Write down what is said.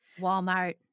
Walmart